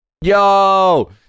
Yo